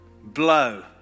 blow